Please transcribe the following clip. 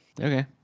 Okay